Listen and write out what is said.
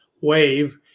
wave